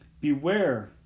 Beware